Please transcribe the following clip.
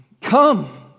Come